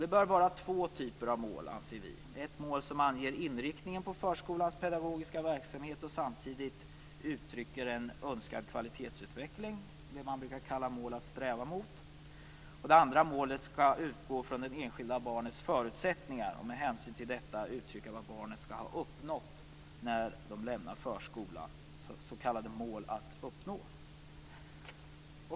Det bör vara två typer av mål, anser vi: ett mål som anger inriktningen på förskolans pedagogiska verksamhet och samtidigt uttrycker en önskad kvalitetsutveckling - det brukar kallas mål att sträva mot - och det andra målet skall utgå från det enskilda barnets förutsättningar och med hänsyn till detta uttrycka vad barnet skall ha uppnått när det lämnar förskolan - det brukar kallas mål att uppnå.